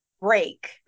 break